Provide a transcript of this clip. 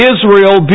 Israel